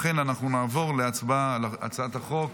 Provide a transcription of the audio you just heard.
לכן נעבור להצבעה על הצעת חוק